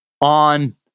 on